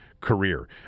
career